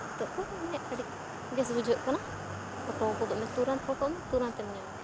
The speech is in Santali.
ᱱᱤᱛᱳᱜ ᱫᱚ ᱢᱟᱱᱮ ᱟᱹᱰᱤ ᱵᱮᱥ ᱵᱩᱡᱷᱟᱹᱜ ᱠᱟᱱᱟ ᱯᱷᱳᱴᱳ ᱜᱚᱫᱚᱜ ᱢᱮ ᱛᱩᱨᱟᱹᱱᱛ ᱯᱷᱳᱴᱳᱜ ᱢᱮ ᱛᱩᱨᱟᱹᱱᱛ ᱮᱢ ᱧᱟᱢᱟ